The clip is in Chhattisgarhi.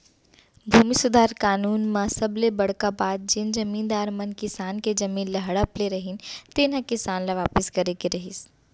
भूमि सुधार कानून म सबले बड़का बात जेन जमींदार मन किसान के जमीन ल हड़प ले रहिन तेन ह किसान ल वापिस करे के रहिस